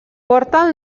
porta